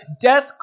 death